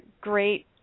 great